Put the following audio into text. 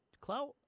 Clout